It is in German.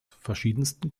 verschiedensten